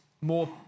more